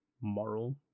moral